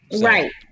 Right